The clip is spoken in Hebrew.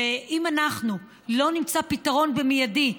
אם אנחנו לא נמצא פתרון מיידי,